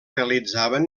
realitzaven